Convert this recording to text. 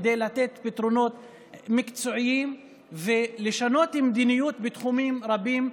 כדי לתת פתרונות מקצועיים ולשנות מדיניות בתחומים רבים.